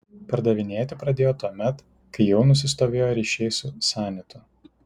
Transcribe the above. pardavinėti pradėjo tuomet kai jau nusistovėjo ryšiai su sanitu